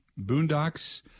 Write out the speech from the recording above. Boondocks